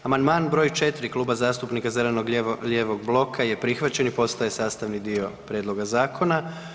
Amandman broj 4. Kluba zastupnika zeleno-lijevog bloka je prihvaćen i postaje sastavni dio prijedloga zakona.